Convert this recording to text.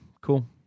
Cool